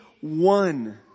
one